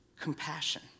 compassion